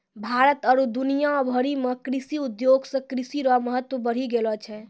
भारत आरु दुनिया भरि मे कृषि उद्योग से कृषि रो महत्व बढ़ी गेलो छै